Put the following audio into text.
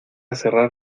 cerrar